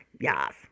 yes